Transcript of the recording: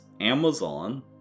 Amazon